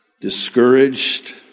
discouraged